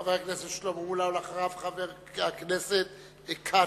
חבר הכנסת שלמה מולה, ואחריו, חבר הכנסת כץ,